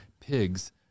pigs